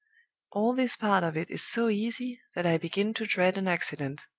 all this part of it is so easy that i begin to dread an accident.